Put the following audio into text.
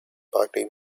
party